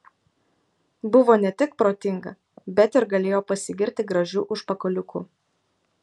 buvo ne tik protinga bet ir galėjo pasigirti gražiu užpakaliuku